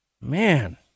Man